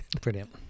Brilliant